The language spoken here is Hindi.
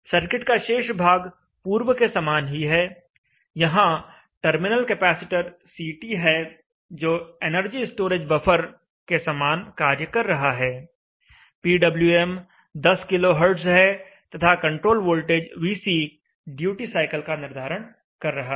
सर्किट का शेष भाग पूर्व के समान ही है यहां टर्मिनल कैपेसिटर CT है जो एनर्जी स्टोरेज बफर के समान कार्य कर रहा है पीडब्ल्यूएम 10 किलो हर्ट्ज़ है तथा control voltage VC duty cycle का निर्धारण कर रहा है